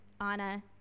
Anna